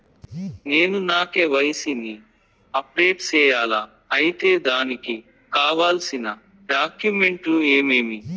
నేను నా కె.వై.సి ని అప్డేట్ సేయాలా? అయితే దానికి కావాల్సిన డాక్యుమెంట్లు ఏమేమీ?